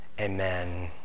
Amen